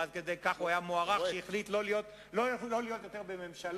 ועד כדי כך הוא היה מוערך שהחליט לא להיות יותר בממשלות,